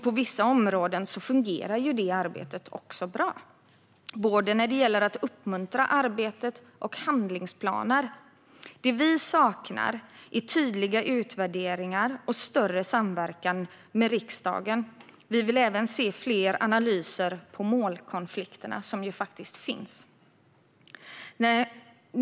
På vissa områden fungerar det arbetet också bra, både när det gäller att uppmuntra arbetet och när det gäller handlingsplaner. Det vi saknar är tydliga utvärderingar och större samverkan med riksdagen. Vi vill även se fler analyser av de målkonflikter som faktiskt finns.